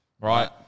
right